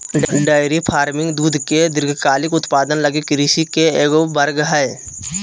dairy farming दूध के दीर्घकालिक उत्पादन लगी कृषि के एगो वर्ग हइ